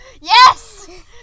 Yes